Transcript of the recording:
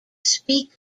speak